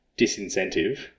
disincentive